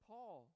Paul